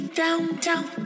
downtown